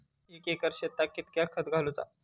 एक एकर शेताक कीतक्या खत घालूचा?